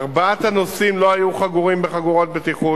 ארבעת הנוסעים לא היו חגורים בחגורת בטיחות,